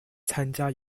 参加